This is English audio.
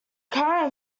current